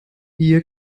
ihr